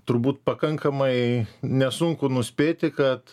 turbūt pakankamai nesunku nuspėti kad